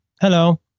Hello